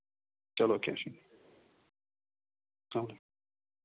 چلو کیٚنہہ چھُنہٕ السلام علیکُم